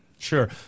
Sure